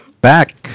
Back